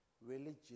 religion